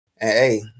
hey